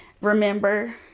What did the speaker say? remember